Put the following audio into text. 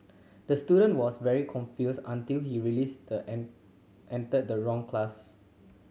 the student was very confused until he released the entered the wrong class